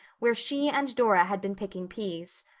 where she and dora had been picking peas.